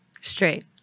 Straight